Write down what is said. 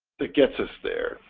that gets us there,